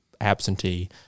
absentee